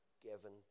given